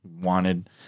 wanted